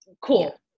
cool